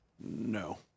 no